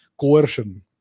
coercion